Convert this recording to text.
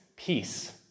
peace